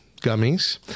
gummies